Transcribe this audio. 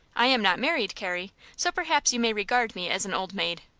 i am not married, carrie, so perhaps you may regard me as an old maid.